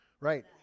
Right